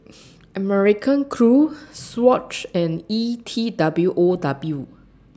American Crew Swatch and E T W O W